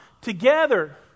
together